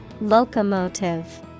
Locomotive